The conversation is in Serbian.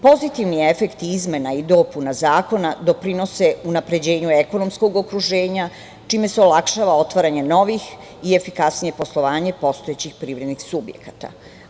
Pozitivni efekti izmena i dopuna Zakona doprinose unapređenju ekonomskog okruženja, čime se olakšava otvaranje novih i efikasnije poslovanje postojećih privrednih subjekata.